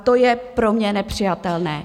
To je pro mě nepřijatelné.